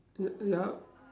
y~ yup